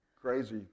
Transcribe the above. crazy